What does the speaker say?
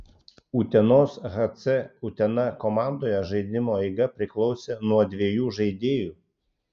utenos hc utena komandoje žaidimo eiga priklausė nuo dviejų žaidėjų